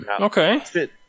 Okay